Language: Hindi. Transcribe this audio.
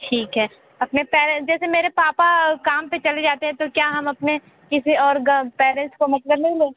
ठीक है अपने पेरेन जैसे मेरे पापा काम पर चले जाते है तो क्या हम अपने किसी और पेरेंट्स को मतलब नहीं ले